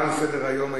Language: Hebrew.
תם סדר-היום.